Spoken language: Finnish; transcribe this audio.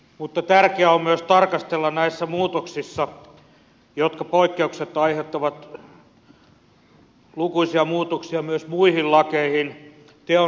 mutta tärkeää on myös tarkastella näissä muutoksissa jotka poikkeuksetta aiheuttavat lukuisia muutoksia myös muihin lakeihin teon rangaistusasteikkoa